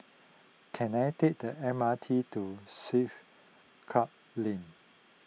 can I take the M R T to Swiss Club Lane